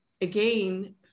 again